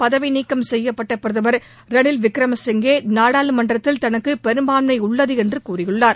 பதவி நீக்கம் செய்யப்பட்ட பிரதமர் திரு ரணில் விக்ரமசிங்கே நாடாளுமன்றத்தில் தனக்கு பெரும்பான்மை உள்ளது என்று கூறியுள்ளார்